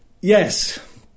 yes